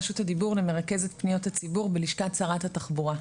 רשות הדיבור למרכזת פניות הציבור בלשכת שרת התחבורה.